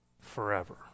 forever